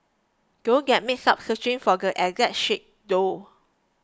don't get mixed up searching for the exact shade though